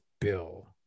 Bill